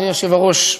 אדוני היושב-ראש,